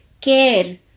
care